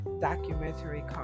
documentary